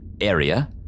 area